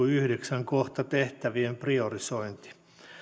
yhdeksän tehtävien priorisointi